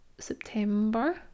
September